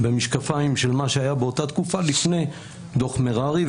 במשקפיים של מה שהיה באותה תקופה לפני דוח מררי,